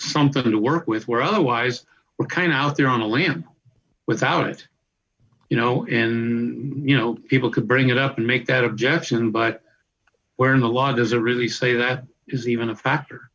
something to work with where otherwise we're kind out there on a land without it you know in you know people could bring it up and make that objection but where in the law does it really say that is even a factor